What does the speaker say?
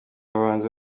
bahanzi